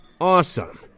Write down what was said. Awesome